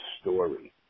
story